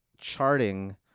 charting